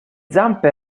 zampe